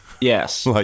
Yes